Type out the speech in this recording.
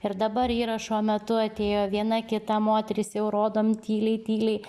ir dabar yra šiuo metu atėjo viena kita moteris jau rodom tyliai tyliai